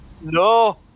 No